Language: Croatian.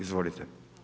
Izvolite.